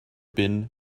been